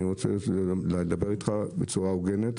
אני רוצה לדבר איתך בצורה הוגנת.